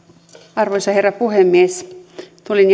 arvoisa herra puhemies tulin